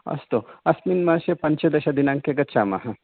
अस्तु अस्मिन् मासे पञ्चदशदिनाङ्के गच्छामः